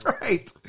right